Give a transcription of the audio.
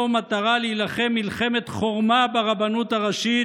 מטרה להילחם מלחמת חורמה ברבנות הראשית